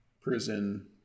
prison